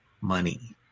money